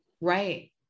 Right